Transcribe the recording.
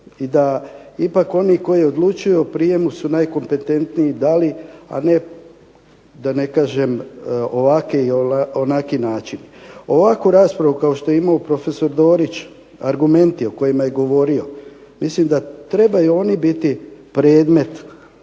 i da ipak oni koji odlučuju o prijemu su najkompetentniji da li, a ne da ne kažem ovakvi ili onakvi način. Ovakvu raspravu kao što je imao prof. Dorić, argumenti o kojima je govorio, mislim da trebaju oni biti predmet